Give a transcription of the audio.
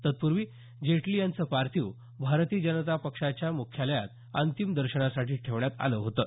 तत्पूर्वी जेटली यांचं पार्थिव भारतीय जनता पक्षाच्या मुख्यालयात अंतिम दर्शनासाठी ठेवण्यात आलं होतं